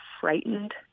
frightened